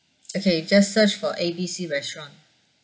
okay just search for A B C restaurant